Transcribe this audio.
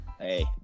Hey